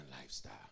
lifestyle